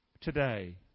today